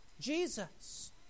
Jesus